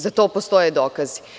Za to postoje dokazi.